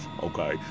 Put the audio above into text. okay